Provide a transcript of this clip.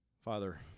Father